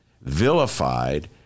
vilified